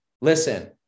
listen